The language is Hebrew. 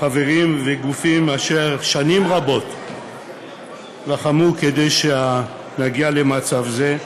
חברים וגופים אשר שנים רבות לחמו כדי שנגיע למצב זה,